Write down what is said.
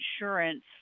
insurance